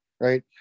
Right